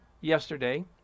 yesterday